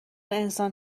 انسان